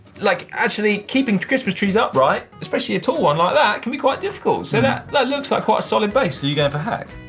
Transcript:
like, actually keeping christmas trees upright, especially a tall one like that, can be quite difficult. so that that looks like quite a solid base. so you're going for hack?